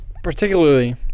Particularly